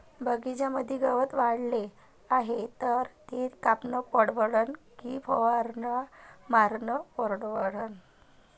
बगीच्यामंदी गवत वाढले हाये तर ते कापनं परवडन की फवारा मारनं परवडन?